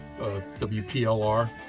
WPLR